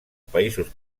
països